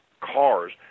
cars